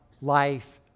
life